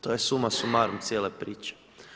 To je suma sumarum cijele priče.